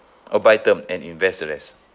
oh buy term and invest the rest